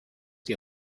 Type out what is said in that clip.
die